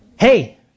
hey